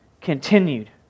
continued